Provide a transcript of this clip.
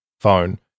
phone